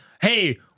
hey